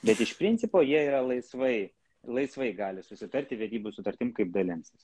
bet iš principo jie yra laisvai laisvai gali susitarti vedybų sutartim kaip dalinsis